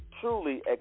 truly